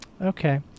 okay